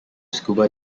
scuba